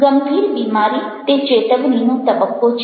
ગંભીર બીમારી તે ચેતવણીનો તબક્કો છે